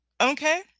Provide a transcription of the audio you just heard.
Okay